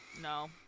No